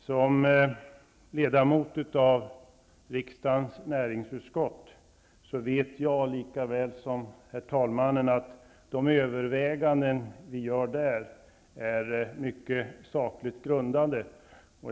Som ledamot av riksdagens näringsutskott vet jag, lika väl som herr talmannen, att de överväganden som görs där är mycket sakligt grundade.